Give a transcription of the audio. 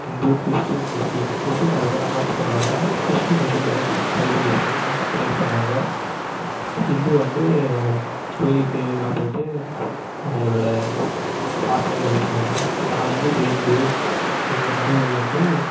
Hindu Christian Muslim Muslim மரபில் நமாஸ் பண்ணுவாங்க கிறிஸ்டின் வந்து பை பைபிள் யூஸ் பண்ணி பிரே பண்ணுவாங்க ஹிந்து வந்து கோயிலுக்கெலாம் போய்விட்டு அவங்களோட பிராத்தனைகளை இது பண்ணுவாங்க நான் வந்து இப்போ ஹிந்து எங்கள் மரபு வழி வந்து